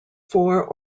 four